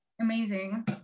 Amazing